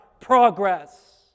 progress